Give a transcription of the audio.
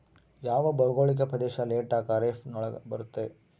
ಯಾವ ಭೌಗೋಳಿಕ ಪ್ರದೇಶ ಲೇಟ್ ಖಾರೇಫ್ ನೊಳಗ ಬರುತ್ತೆ?